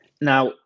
Now